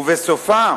ובסופה